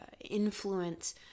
influence